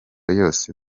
yose